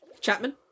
Chapman